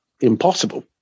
impossible